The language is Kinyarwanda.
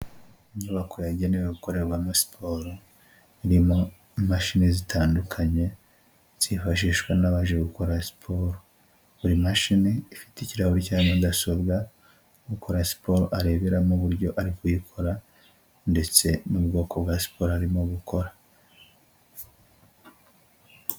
Inyubako yagenewe abakorera muri siporo, irimo imashini zitandukanye, zifashishwa n'abaje gukora siporo. Buri mashini ifite ikirahuri cya mudasobwa, gukora siporo areberamo uburyo ari kuyikora, ndetse n'ubwoko bwa siporo arimo gukora.